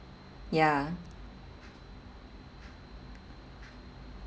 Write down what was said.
ya